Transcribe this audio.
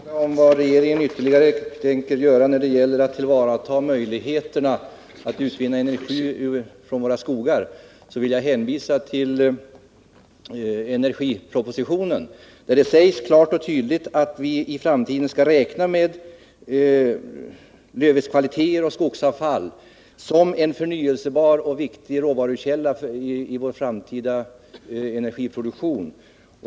Herr talman! Som svar på Anders Dahlgrens fråga om vad regeringen ytterligare tänker göra när det gäller att ta till vara möjligheterna att utvinna energi från våra skogar, vill jag hänvisa till energipropositionen, där det klart och tydligt sägs att vi skall räkna med vissa lövvedskvaliteter och skogsavfall som en förnyelsebar och viktig råvarukälla i vår framtida energiproduktion.